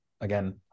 again